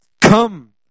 Come